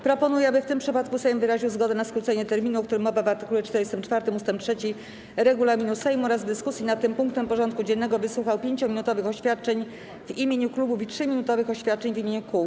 Proponuję, aby w tym przypadku Sejm wyraził zgodę na skrócenie terminu, o którym mowa w art. 44 ust. 3 regulaminu Sejmu, oraz w dyskusji nad tym punktem porządku dziennego wysłuchał 5-minutowych oświadczeń w imieniu klubów i 3-minutowych oświadczeń w imieniu kół.